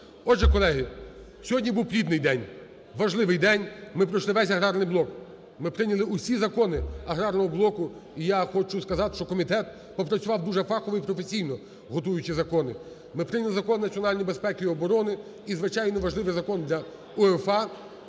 Отже, колеги, сьогодні був плідний день, важливий день. Ми пройшли весь аграрний блок, ми прийняли усі закони аграрного блоку, і я хочу сказати, що комітет попрацював дуже фахово і професійно, готуючи закони. Ми прийняли закони національної безпеки і оборони і, звичайно, важливий Закон для УЄФА,